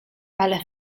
ale